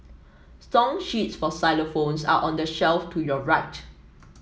song sheets for xylophones are on the shelf to your right